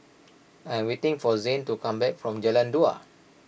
I am waiting for Zane to come back from Jalan Dua